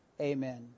amen